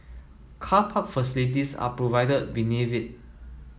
car park facilities are provided beneath it